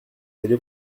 allez